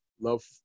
love